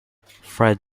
fred